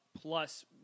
Plus